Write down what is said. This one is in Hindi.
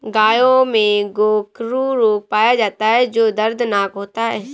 गायों में गोखरू रोग पाया जाता है जो दर्दनाक होता है